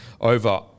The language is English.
over